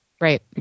right